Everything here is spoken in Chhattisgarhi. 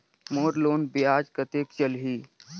मोर लोन ब्याज कतेक चलही?